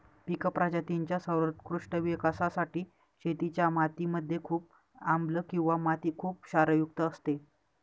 पिक प्रजातींच्या सर्वोत्कृष्ट विकासासाठी शेतीच्या माती मध्ये खूप आम्लं किंवा माती खुप क्षारयुक्त असते